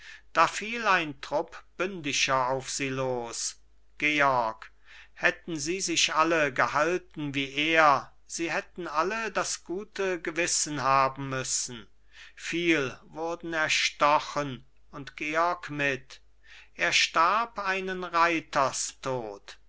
da fiel ein trupp bündischer auf sie los georg hätten sie sich alle gehalten wie er sie hätten alle das gute gewissen haben müssen viel wurden erstochen und georg mit er starb einen